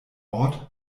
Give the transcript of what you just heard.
ort